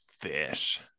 fish